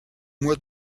mois